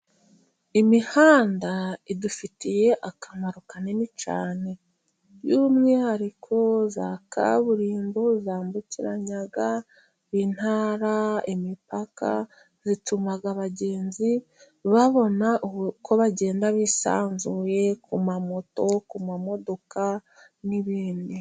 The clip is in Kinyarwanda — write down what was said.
Imihanda idufitiye akamaro kanini cyane, by'umwihariko za kaburimbo zambukiranya intara, imipaka, zituma abagenzi babona uko bagenda bisanzuye ku mamoto, ku mamodoka n'ibindi.